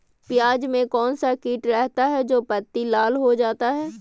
प्याज में कौन सा किट रहता है? जो पत्ती लाल हो जाता हैं